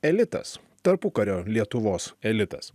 elitas tarpukario lietuvos elitas